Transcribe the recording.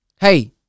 Hey